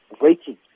waiting